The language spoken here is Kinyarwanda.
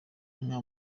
inka